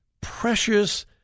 Precious